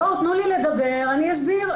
תנו לי לדבר ואני אסביר.